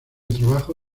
trabajo